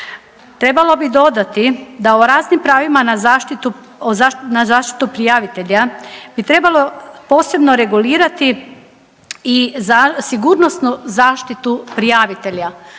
trebalo bi dodati da u raznim pravima na zaštitu prijavitelja bi trebalo posebno regulirati i sigurnosnu zaštitu prijavitelja,